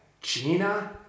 Gina